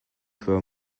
for